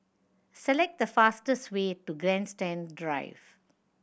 select the fastest way to Grandstand Drive